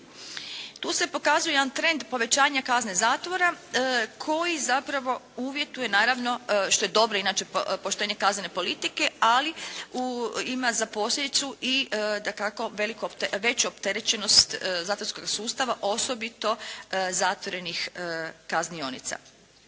Tu se pokazuje jedan trend povećanja kazne zatvora koji zapravo uvjetuje naravno što je dobro inače pooštrenje kaznene politike, ali ima za posljedicu i dakako veću opterećenost zatvorskoga sustava osobito zatvorenih kaznionica.